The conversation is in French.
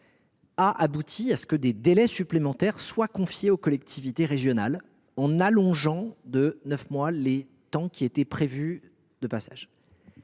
en sorte que des délais supplémentaires soient confiés aux collectivités régionales, en allongeant de neuf mois les temps qui étaient prévus. Je l’assume